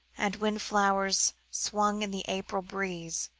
and wind flowers swung in the april breeze,